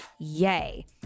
Yay